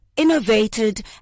Innovated